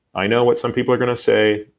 i know what some people are gonna say.